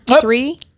Three